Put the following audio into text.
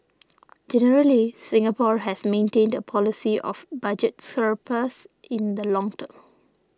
generally Singapore has maintained a policy of budget surplus in the long term